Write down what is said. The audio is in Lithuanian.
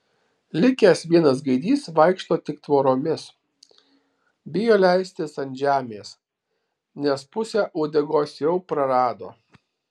likęs vienas gaidys vaikšto tik tvoromis bijo leistis ant žemės nes pusę uodegos jau prarado